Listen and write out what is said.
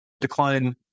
decline